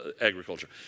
agriculture